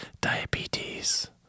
diabetes